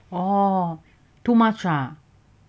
oh too much ah